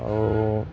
আৰু